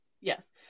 yes